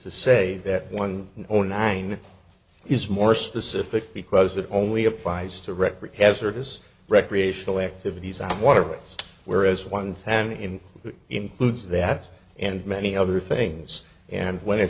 to say that one zero nine is more specific because it only applies to record hazardous recreational activities i'm wondering where as one plan in it includes that and many other things and when i